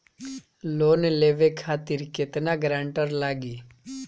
Loan लेवे खातिर केतना ग्रानटर लागी?